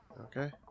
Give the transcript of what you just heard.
Okay